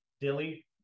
Dilly